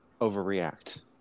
overreact